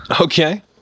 Okay